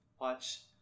watch